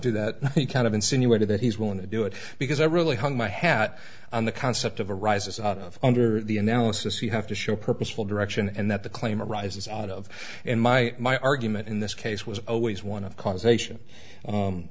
do that kind of insinuated that he's willing to do it because i really hung my hat on the concept of arises out of under the analysis you have to show purposeful direction and that the claim arises out of in my my argument in this case was always one of causation